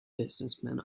businessmen